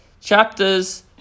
chapters